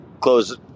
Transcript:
close